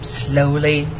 slowly